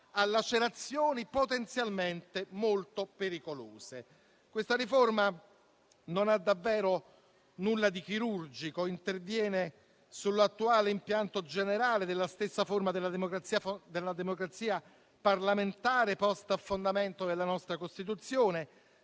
a lacerazioni potenzialmente molto pericolose. Questa riforma non ha davvero nulla di chirurgico. Essa interviene sull'attuale impianto generale della stessa forma della democrazia parlamentare posta a fondamento della nostra Costituzione,